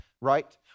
right